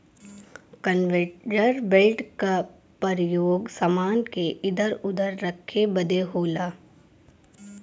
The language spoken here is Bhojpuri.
कन्वेयर बेल्ट क परयोग समान के इधर उधर रखे बदे होला